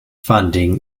funding